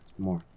more